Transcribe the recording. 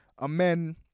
Amen